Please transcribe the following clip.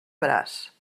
braç